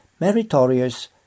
meritorious